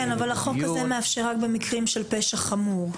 כן, אבל החוק הזה מאפשר רק במקרים של פשע חמור.